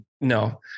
no